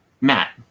Matt